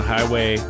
Highway